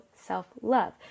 self-love